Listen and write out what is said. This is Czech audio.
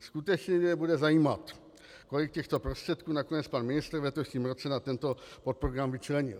Skutečně mě bude zajímat, kolik těchto prostředků nakonec pan ministr v letošním roce na tento podprogram vyčlenil.